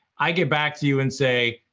i get back to you and say,